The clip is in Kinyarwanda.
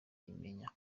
imenya